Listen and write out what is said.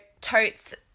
totes